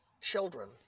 children